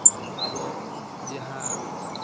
ᱟᱵᱚ ᱡᱟᱦᱟᱸ